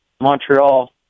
Montreal